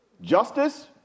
justice